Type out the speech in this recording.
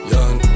Young